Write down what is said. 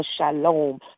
Shalom